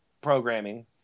programming